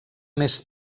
més